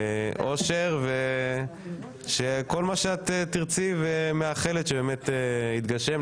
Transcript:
אושר וכל מה שתרצי ומאחלת שבאמת יתגשם.